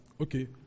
okay